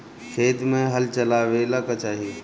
खेत मे हल चलावेला का चाही?